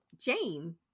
Jane